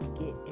get